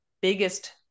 biggest